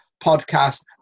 podcast